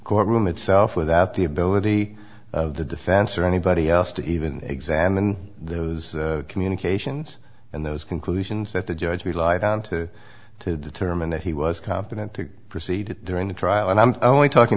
court room itself without the ability of the defense or anybody else to even examine those communications and those conclusions that the judge relied on to to determine that he was competent to proceed during the trial and i'm only talking